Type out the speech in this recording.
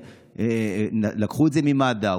לקחו את זה ממד"א,